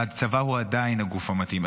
והצבא הוא עדיין הגוף המתאים.